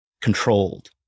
controlled